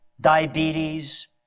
diabetes